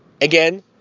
Again